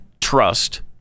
trust